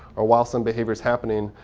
or while some behavior is happening.